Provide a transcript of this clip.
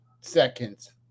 seconds